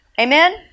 Amen